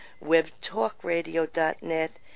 WebTalkRadio.net